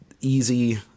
easy